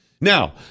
Now